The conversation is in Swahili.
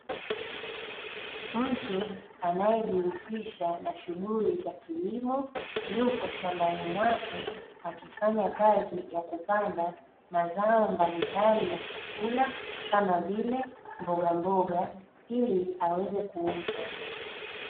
Mtu anayejihusisha na shughuli za kilimo yupo shambani kwake akifanya kazi ya kupanda mazao mbalimbali ya chakula kama vile mbogamboga ili aweze kuuza.